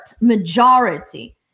majority